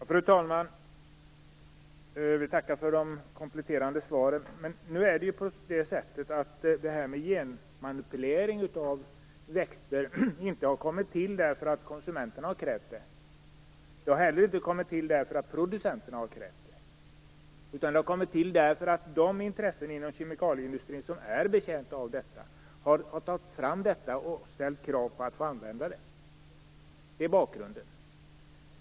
Fru talman! Jag vill tacka för de kompletterande svaren. Genmanipulering av växter har inte kommit till därför att konsumenterna har krävt det. Det har inte heller kommit till därför att producenterna har krävt det. Det har kommit till därför att de intressen inom kemikalieindustrin som är betjänt av detta har tagit fram metoden och ställt krav på att få använda den. Det är bakgrunden.